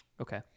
Okay